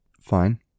fine